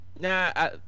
Nah